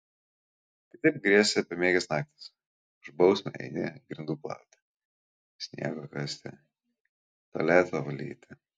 kitaip grėsė bemiegės naktys už bausmę eini grindų plauti sniego kasti tualeto valyti